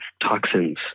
toxins